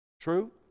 True